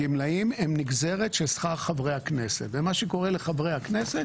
הגמלאים הם נגזרת של שכר חברי הכנסת ומה שקורה לחברי הכנסת,